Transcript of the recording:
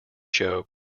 show